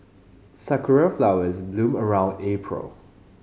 sakura flowers bloom around April